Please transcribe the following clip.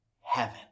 heaven